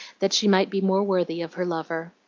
that she might be more worthy of her lover.